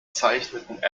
zeichneten